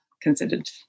considered